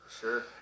sure